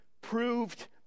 proved